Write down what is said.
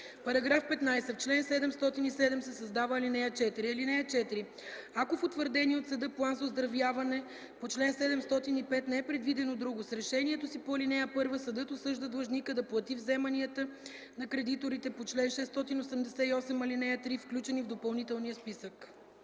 § 15: „§ 15. В чл. 707 се създава ал. 4: „(4) Ако в утвърдения от съда план за оздравяване по чл. 705 не е предвидено друго, с решението си по ал. 1 съдът осъжда длъжника да плати вземанията на кредиторите по чл. 688, ал. 3, включени в допълнителния списък.”